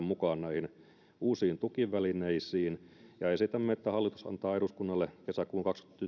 mukaan näihin uusiin tukivälineisiin ja esitämme että hallitus antaa eduskunnalle